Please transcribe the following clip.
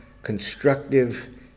constructive